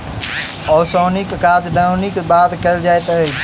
ओसौनीक काज दौनीक बाद कयल जाइत अछि